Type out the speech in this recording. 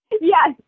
Yes